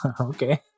Okay